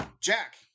Jack